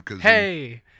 Hey